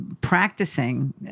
practicing